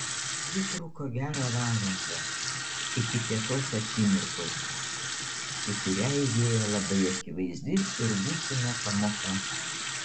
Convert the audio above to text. ji truko gerą valandą iki tiesos akimirkos į kurią įėjo labai akivaizdi ir būtina pamoka